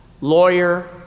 lawyer